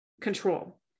control